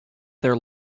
their